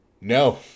No